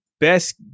Best